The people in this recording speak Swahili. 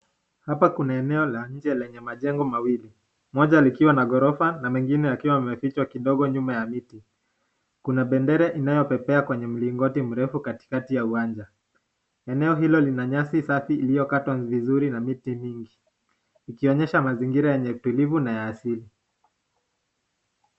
Hapa kuna eneo la nje lenye majengo mawili, moja likiwa na ghorofa na mengine yakiwa yamefichwa kidogo nyuma ya miti. Kuna bendera inayopepea kwenye mlingoti mrefu katikati ya uwanja. Eneo hilo lina nyasi safi iliyokatwa vizuri na miti mingi, ikionyesha mazingira yenye utulivu na ya asili.